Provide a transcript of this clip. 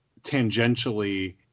tangentially